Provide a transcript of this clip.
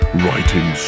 writing